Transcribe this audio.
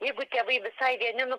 jeigu tėvai visai vieni nu